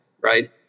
right